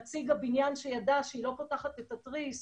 נציג הבניין שידע שהיא לא פותחת את התריס,